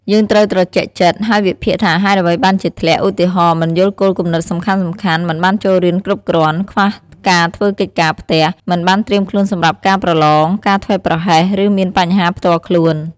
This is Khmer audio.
យើងត្រូវត្រជាក់ចិត្ត ហើយវិភាគថាហេតុអ្វីបានជាធ្លាក់ ឧទាហរណ៍ មិនយល់គោលគំនិតសំខាន់ៗ មិនបានចូលរៀនគ្រប់គ្រាន់ ខ្វះការធ្វើកិច្ចការផ្ទះ មិនបានត្រៀមខ្លួនសម្រាប់ការប្រឡង ការធ្វេសប្រហែស ឬមានបញ្ហាផ្ទាល់ខ្លួន។